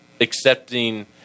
accepting